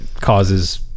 causes